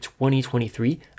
2023